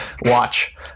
watch